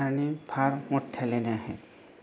आणि फार मोठ्या लेण्या आहेत